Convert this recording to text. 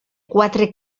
quatre